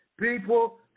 people